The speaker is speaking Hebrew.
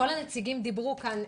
כל הנציגים דיברו כאן,